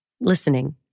listening